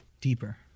Deeper